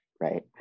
right